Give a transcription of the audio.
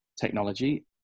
technology